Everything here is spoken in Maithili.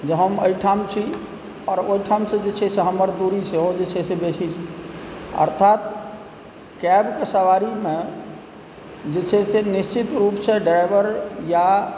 जे हम एहिठाम छी आओर ओहिठामसँ जे छै हमर दूरी सेहो जे छै बेसी छै अर्थात कैबके सवारीमे जे छै से निश्चित रूपसँ ड्राइवर या